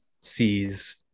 sees